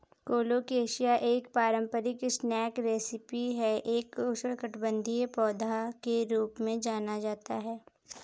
colocasia एक पारंपरिक snack recipe है एक उष्णकटिबंधीय पौधा के रूप में जाना जाता है